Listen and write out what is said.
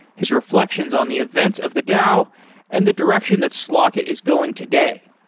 his reflections on the events of the dao and the direction that slock it is going today.